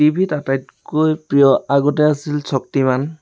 টিভিত আটাইতকৈ প্ৰিয় আগতে আছিল শক্তিমান